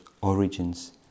origins